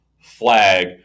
flag